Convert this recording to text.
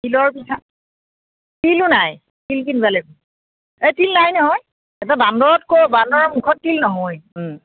তিলৰ পিঠা তিলো নাই তিল কিনিব লাগিব এই তিল নাই নহয় বান্দৰত ক'ত বান্দৰৰ মুখত তিল নহয়